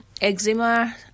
eczema